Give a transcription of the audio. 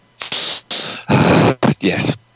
yes